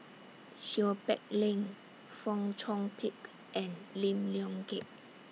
Seow Peck Leng Fong Chong Pik and Lim Leong Geok